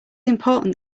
important